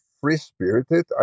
free-spirited